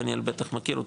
דניאל בטח מכיר אותם,